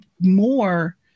more